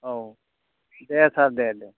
औ दे सार दे दे